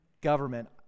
Government